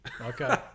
Okay